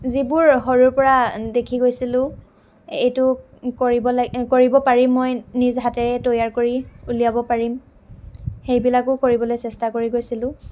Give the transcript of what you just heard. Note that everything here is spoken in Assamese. যিবোৰ সৰুৰ পৰা দেখি গৈছিলোঁ এইটো কৰিব লাগে কৰিব পাৰি মই নিজ হাতেৰে তৈয়াৰ কৰি উলিয়াব পাৰিম সেইবিলাকো কৰিবলৈ চেষ্টা কৰি গৈছিলোঁ